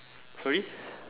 sorry